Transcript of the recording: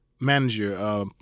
manager—